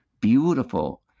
beautiful